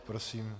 Prosím.